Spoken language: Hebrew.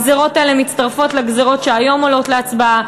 הגזירות האלה מצטרפות לגזירות שהיום עולות להצבעה,